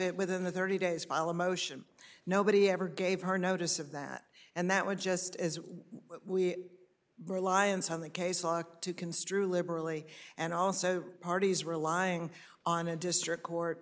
it within the thirty days follow motion nobody ever gave her notice of that and that would just as we reliance on the case law to construe liberally and also parties relying on a district court